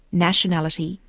nationality,